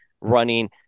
running